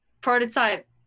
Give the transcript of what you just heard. prototype